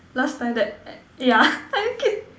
last time that I yeah are you kid